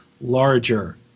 larger